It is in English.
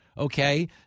Okay